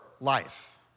life